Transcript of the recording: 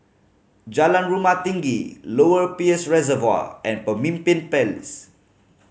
Jalan Rumah Tinggi Lower Peirce Reservoir and Pemimpin Place